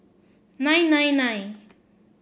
nine nine nine